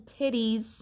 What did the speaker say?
titties